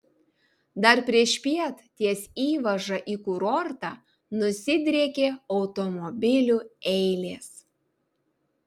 dar priešpiet ties įvaža į kurortą nusidriekė automobilių eilės